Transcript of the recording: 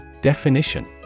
Definition